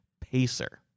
Pacer